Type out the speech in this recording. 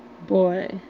boy